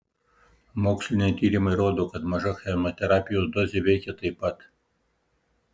moksliniai tyrimai rodo kad maža chemoterapijos dozė veikia taip pat